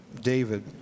David